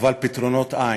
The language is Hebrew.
אבל פתרונות אין,